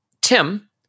Tim